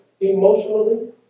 emotionally